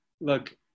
look